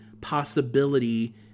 possibility